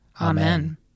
Amen